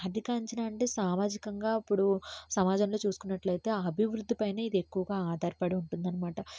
ఆర్థిక అంచనా అంటే సామాజికంగా ఇప్పుడు సమాజంలో చూసుకున్నట్లయితే అభివృద్ధిపైనే ఇది ఎక్కువగా ఆధారపడి ఉంటుందనమాట